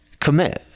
Commit